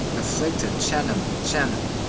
afflicted chanam chanan.